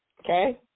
Okay